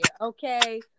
okay